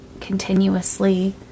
continuously